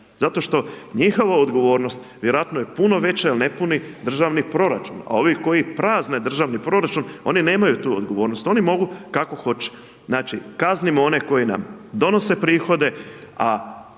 Zato što njihova odgovornost, vjerojatno je puno veća jer ne puni državni proračun, a ovi koji prazne državni proračun, oni nemaju to odgovornost, oni mogu kako hoće. Znači kaznimo one koji nam donose prihode,